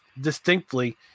distinctly